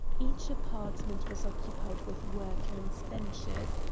each apartment was occupied with workmen's benches,